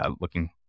looking